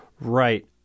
Right